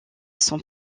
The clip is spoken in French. son